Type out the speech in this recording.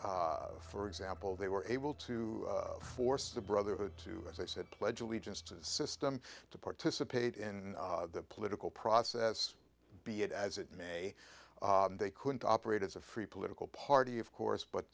because for example they were able to force the brotherhood to as i said pledge allegiance to the system to participate in the political process be it as it may they couldn't operate as a free political party of course but